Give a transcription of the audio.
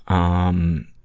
um,